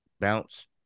bounce